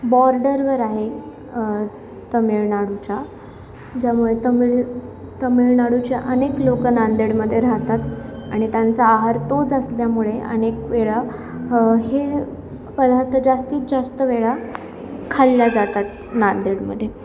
बॉर्डरवर आहे तमिळनाडूच्या ज्यामुळे तमिळ तमिळनाडूचे अनेक लोक नांदेडमध्ये राहतात आणि त्यांचा आहार तोच असल्यामुळे अनेक वेळा ह हे पदार्थ जास्तीत जास्त वेळा खाल्ल्या जातात नांदेडमधे